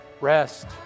rest